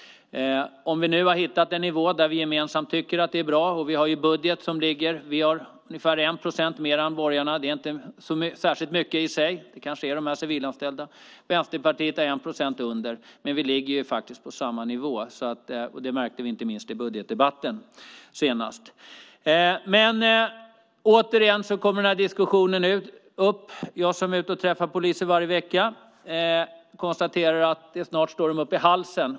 Om vi nu har hittat en nivå där vi gemensamt tycker att det är bra är det bra. Vi har en budget som ligger framme där vi anslår ungefär 1 procent mer än borgarna. Det är inte särskilt mycket i sig; det kanske är de civilanställda. Vänsterpartiet har 1 procent under, men vi ligger på ungefär samma nivå, och det märkte vi inte minst i budgetdebatten senast. Återigen kommer diskussionen upp. Jag som är ute och träffar poliser varje vecka konstaterar att det snart står mig uppe i halsen.